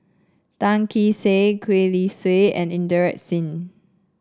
Tan Kee Sek Gwee Li Sui and Inderjit Singh